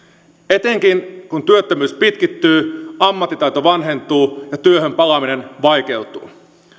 etenkin kun työttömyys pitkittyy ammattitaito vanhentuu ja työhön palaaminen vaikeutuu